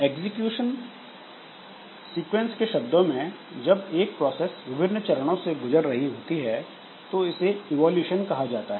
execution sequence के शब्दों में जब एक प्रोसेस विभिन्न चरणों से गुजर रही होती है तो उसे इवोल्यूशन कहा जाता है